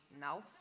No